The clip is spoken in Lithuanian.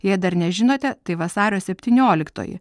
jei dar nežinote tai vasario septynioliktoji